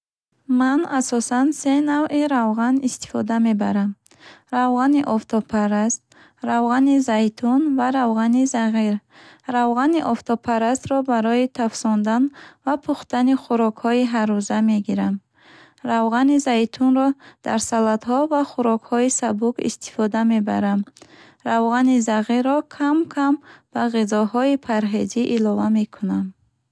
Ман асосан се навъи равған истифода мебарам: равғани офтобпараст, равғани зайтун ва равғани зағир. Равғани офтобпарастро барои тафсондан ва пухтани хӯрокҳои ҳаррӯза мегирам. Равғани зайтунро дар салатҳо ва хӯрокҳои сабук истифода мебарам. Равғани зағирро кам кам ба ғизоҳои парҳезӣ илова мекунам.